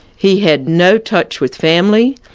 he had no touch with family,